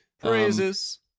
Praises